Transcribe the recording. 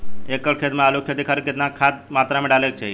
एक एकड़ खेत मे आलू के खेती खातिर केतना खाद केतना मात्रा मे डाले के चाही?